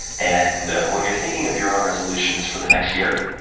and when you're thinking of your own resolutions for the next year,